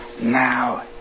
Now